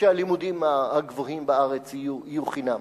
שהלימודים הגבוהים בארץ יהיו חינם.